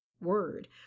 word